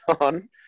on